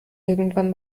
irgendwann